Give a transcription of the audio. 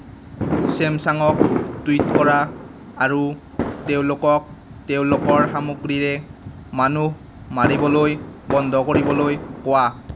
ছেমছাঙক tweet কৰা আৰু তেওঁলোকক তেওঁলোকৰ সামগ্ৰীৰে মানুহ মাৰিবলৈ বন্ধ কৰিবলৈ কোৱা